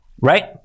right